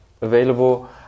available